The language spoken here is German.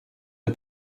der